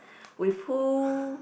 with who